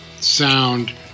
sound